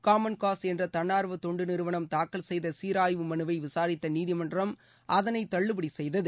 Common Cause என்ற தன்னார்வ தொண்டு நிறுவனம் தாக்கல் செய்த சீராய்வு மனுவை விசாரித்த நீதிமன்றம் அதனை தள்ளுபடி செய்தது